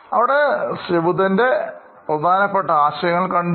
അവിടെ ബുദ്ധൻറെ പ്രധാനപ്പെട്ട ആശയങ്ങൾ കണ്ടു